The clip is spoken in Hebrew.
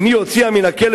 האם היא הוציאה מן הכלא,